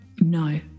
No